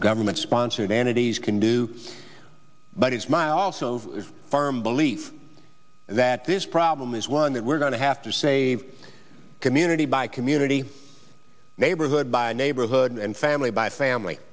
government sponsored entities can do but it's my also farm belief that this problem is one that we're going to have to save community by community neighborhood by neighborhood and family by family